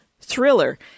Thriller